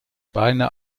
beine